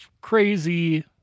crazy